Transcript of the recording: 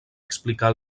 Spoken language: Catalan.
explicar